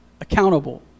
accountable